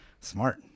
smart